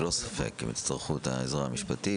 ללא ספק הם יצטרכו את העזרה המשפטית.